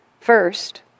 first